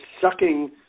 sucking